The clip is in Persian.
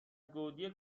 گودی